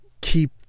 keep